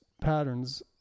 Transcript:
patterns